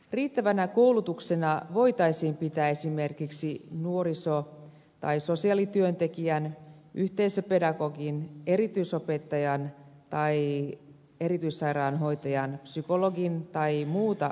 riittävänä koulutuksena voitaisiin pitää esimerkiksi nuoriso tai sosiaalityöntekijän yhteisöpedagogin erityisopettajan tai erityissairaanhoitajan psykologin tai muuta vastaavaa koulutusta